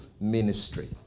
ministry